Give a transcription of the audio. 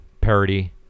parody